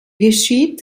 geschieht